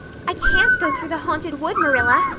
i can't go through the haunted wood, marilla,